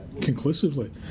conclusively